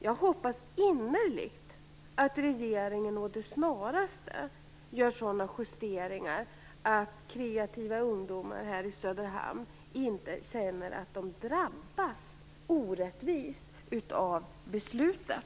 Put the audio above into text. Jag hoppas innerligt att regeringen med det snaraste gör sådana justeringar att kreativa ungdomar i Söderhamn inte känner att de drabbas orättvist av beslutet.